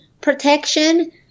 protection